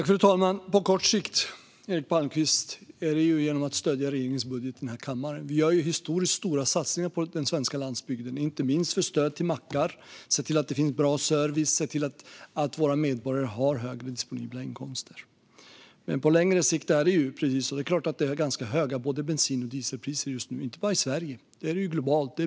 Fru talman! På kort sikt, Eric Palmqvist, sker det genom att regeringens budget får stöd i den här kammaren. Vi gör historiskt stora satsningar på den svenska landsbygden, inte minst genom att ge stöd till mackar, se till att det finns bra service och se till att våra medborgare har högre disponibla inkomster. Det är klart att det är ganska höga både bensin och dieselpriser just nu, inte bara i Sverige utan globalt.